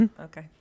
Okay